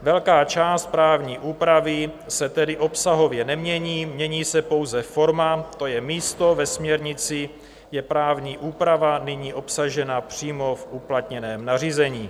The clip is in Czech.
Velká část právní úpravy se tedy obsahově nemění, mění se pouze forma, to je místo ve směrnici, právní úprava je nyní obsažena přímo v uplatněném nařízení.